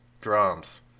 drums